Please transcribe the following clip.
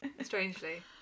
Strangely